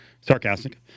Sarcastic